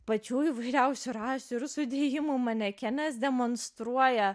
pačių įvairiausių rasių ir sudėjimo manekenės demonstruoja